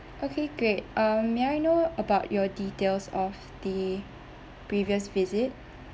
okay great um may I know about your details of the previous visit